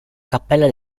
cappella